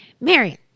Marion